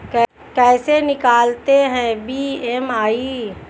कैसे निकालते हैं बी.एम.आई?